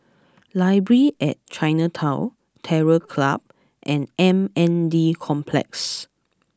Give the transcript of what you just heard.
Library at Chinatown Terror Club and M N D Complex